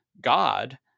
God